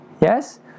Yes